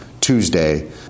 Tuesday